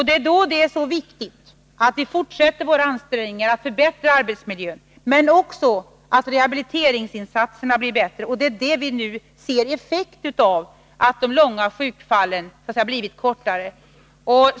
Det är då viktigt att fortsätta ansträngningarna för att förbättra arbetsmiljön men också att se till att rehabiliteringsinsatserna blir bättre. Och det är detta vi nu ser effekten av — att de långa sjukfallen så att säga blivit kortare.